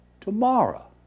Tomorrow